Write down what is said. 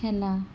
খেলা